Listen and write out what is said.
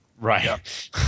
Right